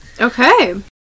Okay